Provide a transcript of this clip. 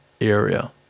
area